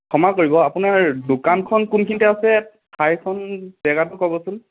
ক্ষমা কৰিব আপোনাৰ দোকানখন কোনখিনিতে আছে ঠাইখন জেগাটো ক'বচোন